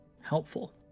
helpful